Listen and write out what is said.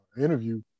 interview